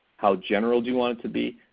how general do you want it to be?